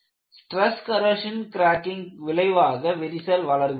stress corrosion cracking விளைவாக விரிசல் வளர்கிறது